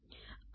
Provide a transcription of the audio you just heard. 95 ஆகும்